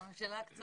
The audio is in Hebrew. כן.